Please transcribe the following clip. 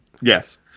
Yes